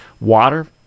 Water